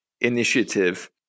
initiative